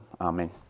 amen